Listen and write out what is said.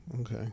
Okay